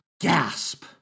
gasp